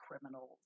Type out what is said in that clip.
criminals